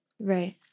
Right